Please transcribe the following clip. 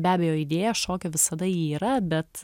be abejo idėja šokio visada ji yra bet